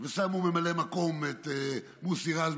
ושמו ממלא מקום את מוסי רז,